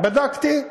בדקתי,